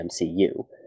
MCU